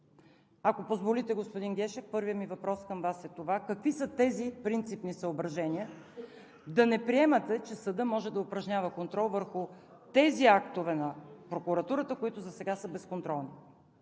Ако позволите, господин Гешев, първият ми въпрос към Вас е: какви са тези принципни съображения да не приемате, че съдът може да упражнява контрол върху тези актове на прокуратурата, които досега са безконтролни?